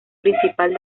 principal